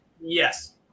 Yes